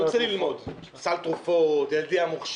אני רוצה ללמוד: סל תרופות, ילדי המוכשר